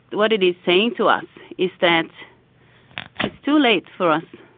what it is saying to us is that it's too late for us.